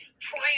Try